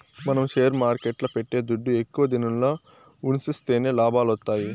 మనం షేర్ మార్కెట్ల పెట్టే దుడ్డు ఎక్కువ దినంల ఉన్సిస్తేనే లాభాలొత్తాయి